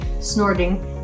snorting